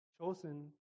chosen